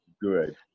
good